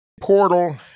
portal